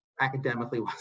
academically